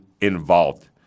involved